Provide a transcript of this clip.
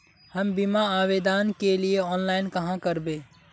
हम बीमा आवेदान के लिए ऑनलाइन कहाँ करबे?